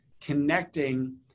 connecting